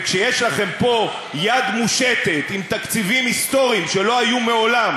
וכשיש לכם פה יד מושטת עם תקציבים היסטוריים שלא היו מעולם,